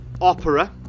Opera